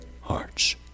hearts